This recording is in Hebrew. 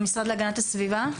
המשרד להגנת הסביבה?